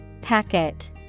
Packet